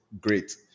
great